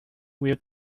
will